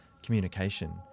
communication